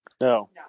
No